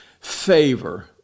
favor